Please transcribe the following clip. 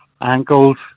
ankles